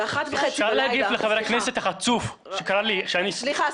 אני אשמח להגיד לחבר הכנסת החצוף שקרא לי שאני --- סליחה,